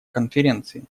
конференции